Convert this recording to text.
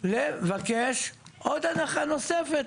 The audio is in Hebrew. לבקש עוד הנחה נוספת